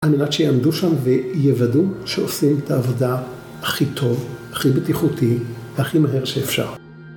על מנת שיעמדו שם ויודאו שעושים את העבודה הכי טוב, הכי בטיחותי והכי מהר שאפשר.